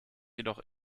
jedoch